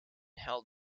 held